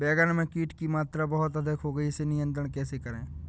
बैगन में कीट की मात्रा बहुत अधिक हो गई है इसे नियंत्रण कैसे करें?